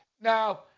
Now